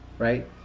Right